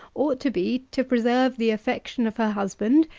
ought to be, to preserve the affection of her husband,